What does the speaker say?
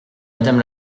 madame